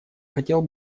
хотел